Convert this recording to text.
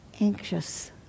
anxious